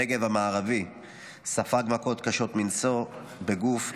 הנגב המערבי ספג מכות קשות מנשוא בגוף,